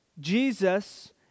Jesus